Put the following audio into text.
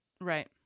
right